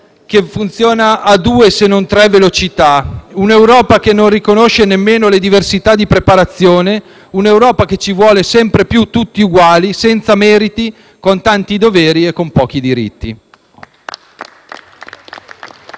che funziona a due, se non tre velocità; un'Europa che non riconosce nemmeno le diversità di preparazione; un'Europa che ci vuole sempre più tutti uguali, senza meriti, con tanti doveri e pochi diritti.